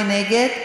מי נגד?